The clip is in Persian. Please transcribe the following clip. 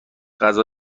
غذا